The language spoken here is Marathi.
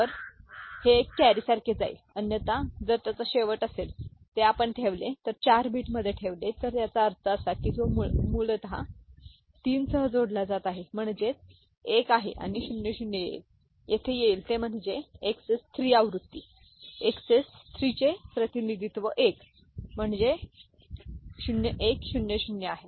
तर हे एक कॅरीसारखे जाईल अन्यथा जर त्याचा शेवट असेल तर आपण ते ठेवले 4 बिटमध्ये ठेवले याचा अर्थ असा की जो मूळत 3 सह जोडला जात आहे म्हणजेच 1 आहे आणि 0 0 येईल येथे येईल ते म्हणजे एक्सएस 3 आवृत्ती XS 3 चे प्रतिनिधित्व 1 म्हणजेच 0100 आहे